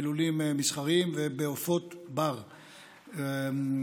בלולים מסחריים ובעופות בר,